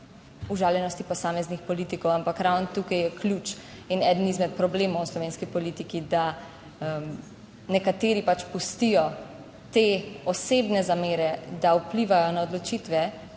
užaljenosti posameznih politikov. Ampak ravno tukaj je ključ in eden izmed problemov v slovenski politiki, da nekateri pač pustijo te osebne zamere, da vplivajo na odločitve,